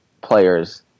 players